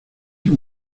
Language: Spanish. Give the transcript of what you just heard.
rick